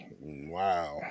Wow